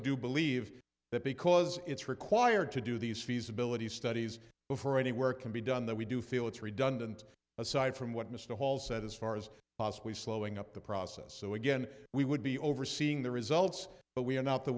do believe that because it's required to do these feasibility studies before any work can be done that we do feel it's redundant aside from what mr hall said as far as possibly slowing up the process so again we would be overseeing the results but we are not the